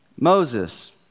Moses